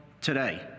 today